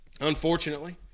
unfortunately